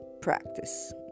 practice